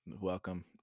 welcome